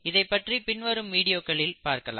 இதைப் பற்றி பின்வரும் வீடியோக்களில் பார்க்கலாம்